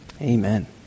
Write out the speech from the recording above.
Amen